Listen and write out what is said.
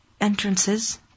entrances